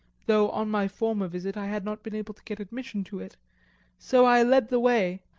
though on my former visit i had not been able to get admission to it so i led the way,